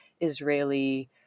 Israeli